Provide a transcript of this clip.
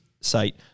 site